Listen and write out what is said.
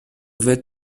wird